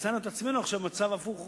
ומצאנו את עצמנו עכשיו במצב הפוך,